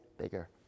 bigger